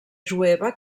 jueva